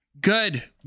good